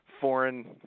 foreign